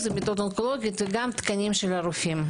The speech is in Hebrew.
ומיטות אונקולוגים וגם תקנים של רופאים.